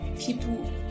people